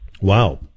Wow